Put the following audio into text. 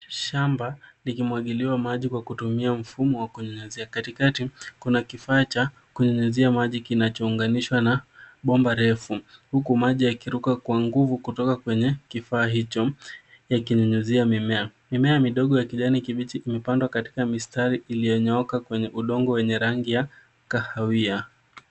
Shamba likimwagiliwa maji kwa kutumia mfumo wa kunyunyizia. Katikati kuna kifaa cha kunyunyizia maji kinachounganishwa na bomba refu huku maji yakiruka kwa nguvu kutoka kwenye kifaa hicho yakinyunyizia mimea. Mimea midogo ya kijani kibichi imepandwa katika mistari iliyonyooka kwenye udongo wenye rangi ya kahawia.